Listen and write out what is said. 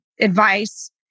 advice